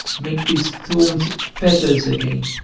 make these thorns feathers again,